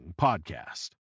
Podcast